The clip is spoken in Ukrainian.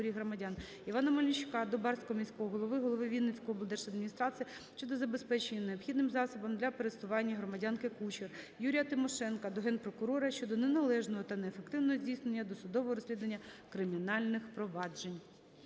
Івана Мельничука до Барського міського голови, голови Вінницької облдержадміністрації щодо забезпечення необхідним засобом для пересування громадянки Кучер. Юрія Тимошенка до Генпрокурора щодо неналежного та неефективного здійснення досудового розслідування кримінальних проваджень.